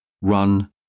Run